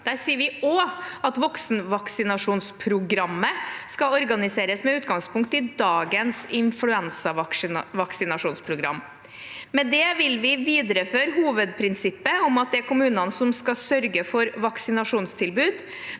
Der sier vi også at voksenvaksinasjonsprogrammet skal organiseres med utgangspunkt i dagens influensavaksinasjonsprogram. Med det vil vi videreføre hovedprinsippet om at det er kommunene som skal sørge for vaksinasjonstilbud,